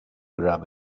grab